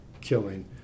killing